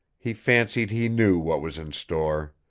he fancied he knew what was in store.